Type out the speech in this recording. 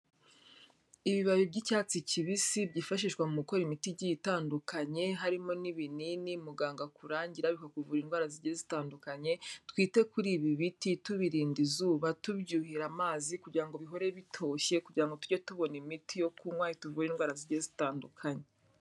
Ibibabi by'icyatsi kibisi byifashishwa mu gukora imiti igite itandukanye, harimo n'ibinini muganga akurangira bikakuvura indwara zigiye zitandukanye, twite kuri ibi biti, tubirinda izuba, tubyuhira amazi kugira ngo bihore bitoshye, kugira ngo tujye tubona imiti yo kunywa ituvure indwara zigiye zitandukanye.